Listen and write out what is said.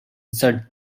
shut